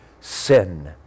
sin